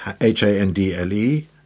H-A-N-D-L-E